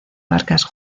barcas